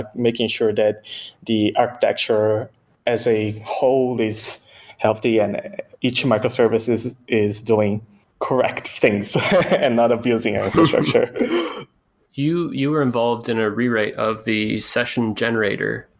ah making sure that the architecture as a whole is healthy and each micro service is is doing correct things and not abusing it, the structure you you were involved in a rewrite of the session generator,